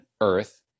earth